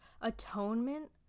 Atonement